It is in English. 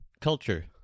culture